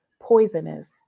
poisonous